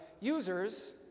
users